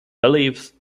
believed